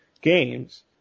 games